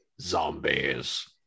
zombies